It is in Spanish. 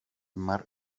mar